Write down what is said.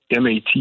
MAT